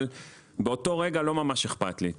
אבל באותו רגע לא ממש אכפת לי,